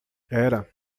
era